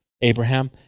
Abraham